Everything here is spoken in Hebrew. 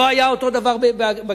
לא היה אותו הדבר בקישון?